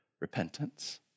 Repentance